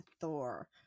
Thor